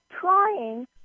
trying